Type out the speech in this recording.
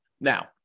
Now